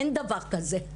אין דבר כזה.